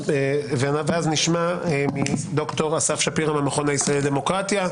ואז נשמע מד"ר אסף שפירא מהמכון הישראלי לדמוקרטיה,